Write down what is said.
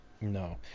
No